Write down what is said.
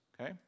okay